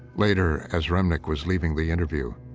later, as remnick was leaving the interview,